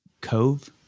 Cove